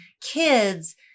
kids